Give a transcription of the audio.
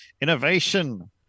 innovation